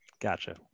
Gotcha